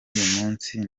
munsi